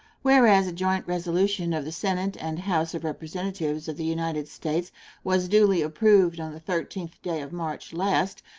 whereas a joint resolution of the senate and house of representatives of the united states was duly approved on the thirteenth day of march last,